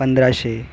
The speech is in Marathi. पंधराशे